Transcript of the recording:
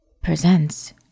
presents